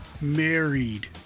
married